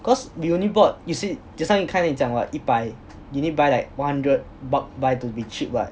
cause we only bought you said just now 你开始有讲 what 一百 you need buy like one hundred bulk buy to be cheap what